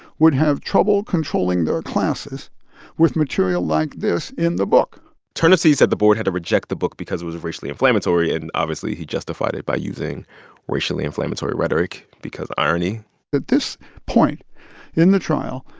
would have trouble controlling their classes with material like this in the book turnipseed said the board had to reject the book because it was a racially inflammatory. and obviously, he justified it by using racially inflammatory rhetoric because irony at this point in the trial,